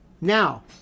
Now